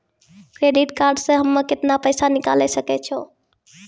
Credit card से हम्मे केतना पैसा निकाले सकै छौ?